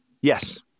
Yes